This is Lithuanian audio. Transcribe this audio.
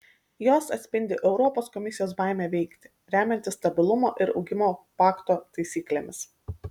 jos atspindi europos komisijos baimę veikti remiantis stabilumo ir augimo pakto taisyklėmis